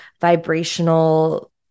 vibrational